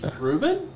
reuben